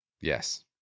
yes